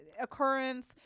occurrence